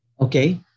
Okay